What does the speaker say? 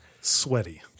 Sweaty